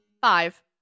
Five